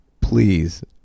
please